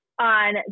on